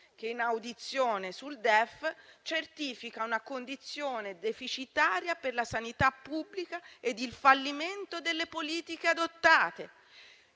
che, in audizione sul DEF, ha certificato una condizione deficitaria per la sanità pubblica ed il fallimento delle politiche adottate.